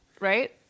right